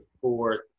fourth